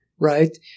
right